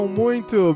muito